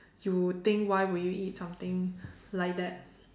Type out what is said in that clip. you would think why would you eat something like that